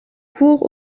cours